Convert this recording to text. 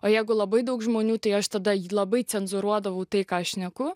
o jeigu labai daug žmonių tai aš tada ji labai cenzūruodavo tai ką šneku